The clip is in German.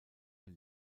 mehr